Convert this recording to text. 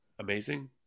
amazing